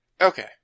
Okay